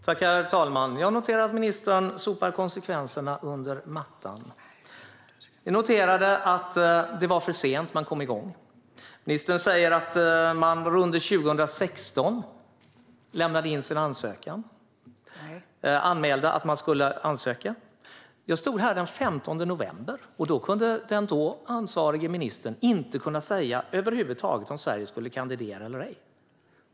Herr talman! Jag noterar att ministern sopar konsekvenserna under mattan. Vi noterade att man kom igång för sent. Ministern säger att man under 2016 anmälde att man skulle ansöka. Jag stod här den 15 november, och då kunde den då ansvarige ministern inte över huvud taget säga om Sverige skulle kandidera eller ej.